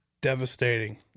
devastating